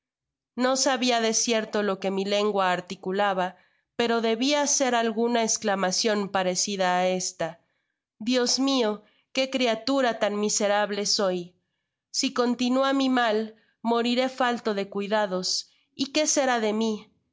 no sabia de cierto lo que mi lengua articulaba pero debia ser alguna esclamacion parecida á esta dios mio qué criatura tan miserable soy si continúa mi mal moriré falto de cuidados y qué será de mi